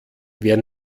wer